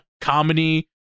comedy